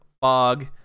fog